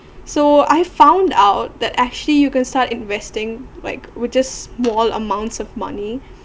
so I found out that actually you can start investing like with just small amounts of money